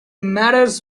matters